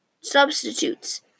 substitutes